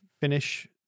finish